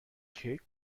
کیک